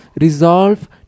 resolve